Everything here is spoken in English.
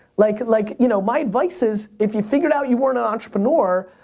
like like you know my advice is if you figured out you weren't an entrepreneur,